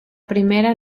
primera